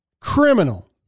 criminal